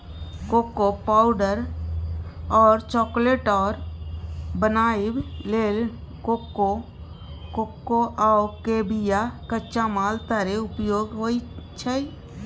cocoa powder और chocolate आर बनाबइ लेल कोकोआ के बिया कच्चा माल तरे उपयोग होइ छइ